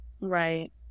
right